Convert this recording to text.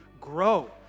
grow